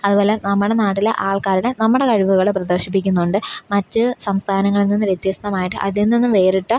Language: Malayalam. അതുപോലെ നമ്മുടെ നാട്ടിലെ ആൾക്കാരുടെ നമ്മുടെ കഴിവുകൾ പ്രദർശിപ്പിക്കുന്നുണ്ട് മറ്റ് സംസ്ഥാനങ്ങളിൽ നിന്ന് വ്യത്യസ്തമായിട്ട് അതിൽ നിന്നും വേറിട്ട